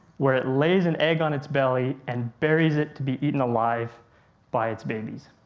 where it lays an egg on its belly and buries it to be eaten alive by its babies.